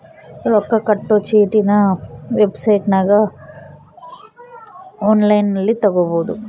ರೊಕ್ಕ ಕಟ್ಟೊ ಚೀಟಿನ ವೆಬ್ಸೈಟನಗ ಒನ್ಲೈನ್ನಲ್ಲಿ ತಗಬೊದು